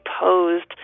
posed